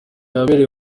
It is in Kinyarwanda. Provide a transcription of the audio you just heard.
yabereye